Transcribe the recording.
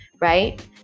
Right